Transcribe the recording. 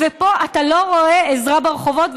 ופה אתה לא רואה עזרה ברחובות,